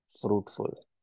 fruitful